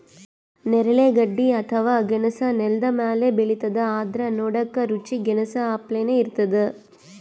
ನೇರಳೆ ಗಡ್ಡಿ ಅಥವಾ ಗೆಣಸ್ ನೆಲ್ದ ಮ್ಯಾಲ್ ಬೆಳಿತದ್ ಆದ್ರ್ ನೋಡಕ್ಕ್ ರುಚಿ ಗೆನಾಸ್ ಅಪ್ಲೆನೇ ಇರ್ತದ್